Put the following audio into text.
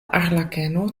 arlekeno